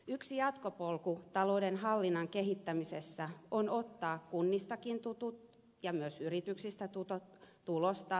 yksi jatkopolku talouden hallinnan kehittämisessä on ottaa käyttöön kunnistakin ja myös yrityksistä tutut tulos tase ja rahoituslaskelmat